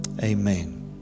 Amen